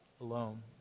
alone